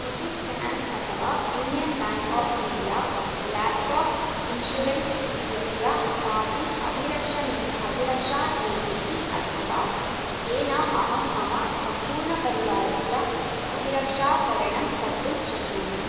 Muthoot finance अथवा union bank of India laptop insurance इत्यस्य कापि अभिरक्षणि अभिरक्षानीतिः अस्ति वा येन अहं मम सम्पूर्णपरिवारस्य अभिरक्षाकरणं कर्तुं शक्नोमि